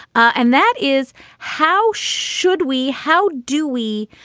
and that is how should we how do we?